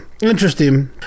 interesting